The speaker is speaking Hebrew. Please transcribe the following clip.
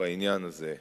בעניין הזה.